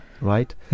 right